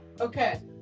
okay